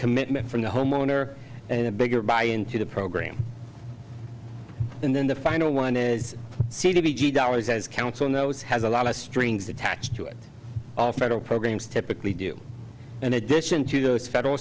commitment from the homeowner and a bigger buy into the program and then the final one is c d g dollars as council knows has a lot of strings attached to it federal programs typically do an addition to those federal